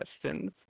questions